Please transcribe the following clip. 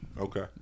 Okay